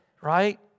right